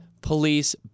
police